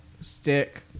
stick